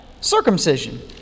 circumcision